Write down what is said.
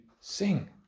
sing